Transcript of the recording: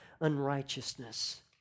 unrighteousness